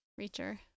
Reacher